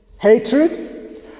hatred